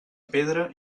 pedra